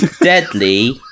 Deadly